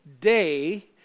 day